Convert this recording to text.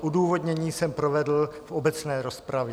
Odůvodnění jsem provedl v obecné rozpravě.